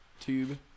tube